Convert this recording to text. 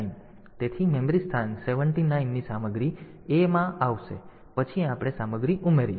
તેથી મેમરી સ્થાન 79 ની સામગ્રી A માં આવશે અને પછી આપણે સામગ્રી ઉમેરીશું